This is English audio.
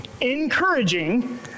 encouraging